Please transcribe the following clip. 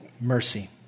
mercy